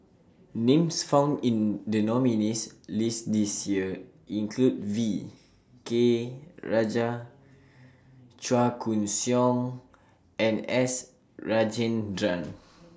Names found in The nominees' list This Year include V K Rajah Chua Koon Siong and S Rajendran